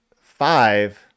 five